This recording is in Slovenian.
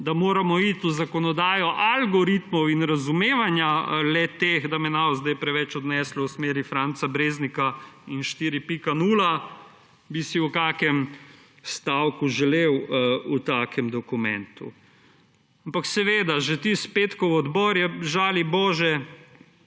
da moramo iti v zakonodajo algoritmov in razumevanja le-teh – da me ne bo zdaj preveč odneslo v smeri Franca Breznika in 4.0 – bi si v kakšnem stavku želel v takem dokumentu. Ampak seveda že tisti petkov odbor je žali bože